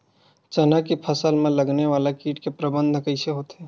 चना के फसल में लगने वाला कीट के प्रबंधन कइसे होथे?